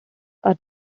are